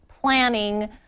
planning